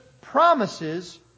promises